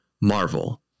Marvel